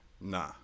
Nah